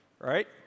Right